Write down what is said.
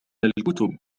الكتب